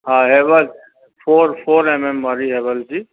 हा Havells four four M M वारी Havells जी